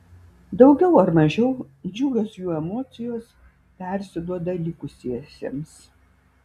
daugiau ar mažiau džiugios jų emocijos persiduoda likusiesiems